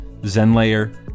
Zenlayer